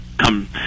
come